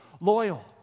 loyal